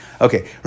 Okay